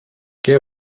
què